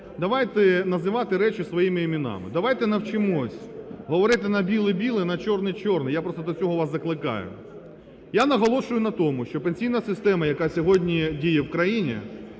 Давайте називати речі своїми іменами, давайте навчимось говорити на біле – біле, на чорне – чорне. Я просто до цього вас закликаю. Я наголошую на тому, що пенсійна система, яка сьогодні діє в країні,